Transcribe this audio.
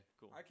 cool